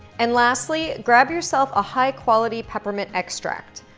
and lastly, grab yourself a high-quality peppermint extract.